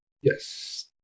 Yes